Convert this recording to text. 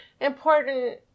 important